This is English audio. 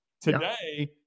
today